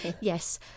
yes